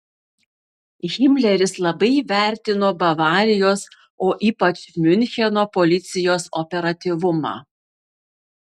himleris labai vertino bavarijos o ypač miuncheno policijos operatyvumą